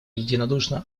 единодушно